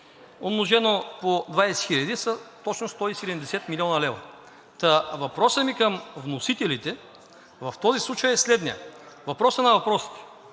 умножено по 20 хиляди са точно 170 млн. лв. Въпросът ми към вносителите в този случай е следният: въпросът на въпросите: